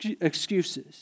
excuses